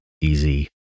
easy